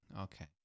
okay